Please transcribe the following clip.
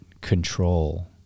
control